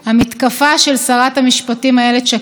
ברגע הראשון אני מודה שהגבתי מהבטן.